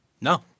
No